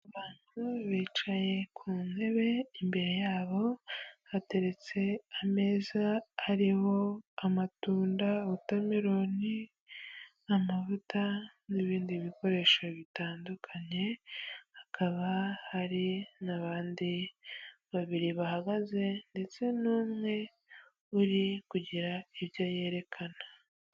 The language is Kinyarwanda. Abantu bicaye ku ntebe, imbere yabo hateretse ameza hariho amatunda, wotameroni, amavuta n'ibindi bikoresho bitandukanye, hakaba hari n'abandi babiri bahagaze ndetse n'umwe uri kugira ibyo yerekana.